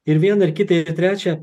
ir viena ir kita ir trečia